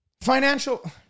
Financial